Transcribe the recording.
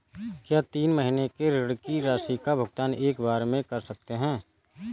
क्या तीन महीने के ऋण की राशि का भुगतान एक बार में कर सकते हैं?